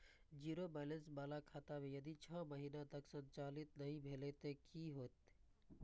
Zero balance बाला खाता में यदि छः महीना तक संचालित नहीं भेल ते कि होयत?